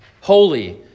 holy